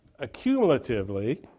accumulatively